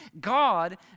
God